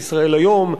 "ישראל היום",